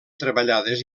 treballades